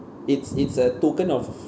it's it's a token of